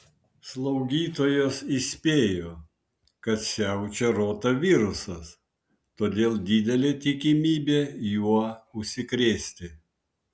slaugytojos įspėjo kad siaučia rotavirusas todėl didelė tikimybė juo užsikrėsti